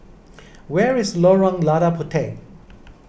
where is Lorong Lada Puteh